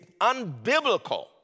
unbiblical